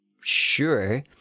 sure